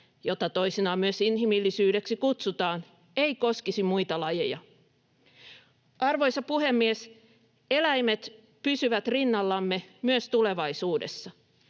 jota toisinaan myös inhimillisyydeksi kutsutaan, ei koskisi muita lajeja. Arvoisa puhemies! Eläimet pysyvät rinnallamme myös tulevaisuudessa.